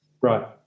Right